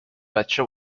بچه